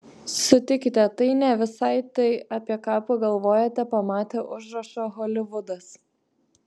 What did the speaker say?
sutikite tai ne visai tai apie ką pagalvojate pamatę užrašą holivudas